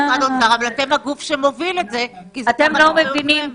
אתם הגוף שמוביל את זה כי --- אתם לא מבינים?